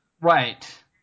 Right